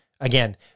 Again